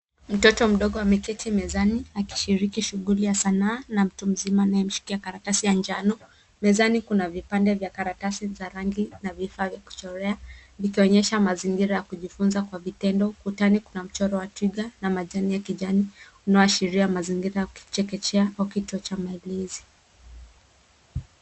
Mtoto mdogo ameketi mezani, akishiriki shughuli ya sanaa na mtu mzima anayemshikia karatasi ya njano. Mezani kuna vipande vya karatasi za rangi na vifaa vya kuchorea, vikionyesha mazingira ya kujifunza kwa vitendo. Kutani kuna mchoro wa twiga na majani ya kijani unaoashiria mazingira ya kichekechea au kituo cha maelezi.